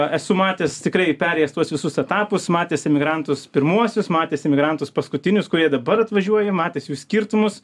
esu matęs tikrai perėjęs tuos visus etapus matęs emigrantus pirmuosius matęs emigrantus paskutinius kurie dabar atvažiuoja matęs jų skirtumus